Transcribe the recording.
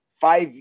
five –